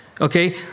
Okay